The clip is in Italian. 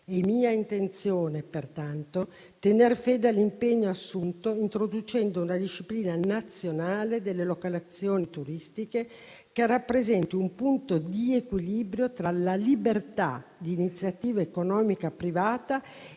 È mia intenzione pertanto tener fede all'impegno assunto introducendo una disciplina nazionale delle locazioni turistiche che rappresenti un punto di equilibrio tra la libertà di iniziativa economica privata e la tutela dei contesti